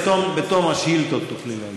בתום השאילתות תוכלי להגיב.